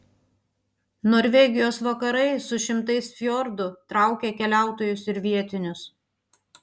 norvegijos vakarai su šimtais fjordų traukia keliautojus ir vietinius